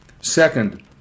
Second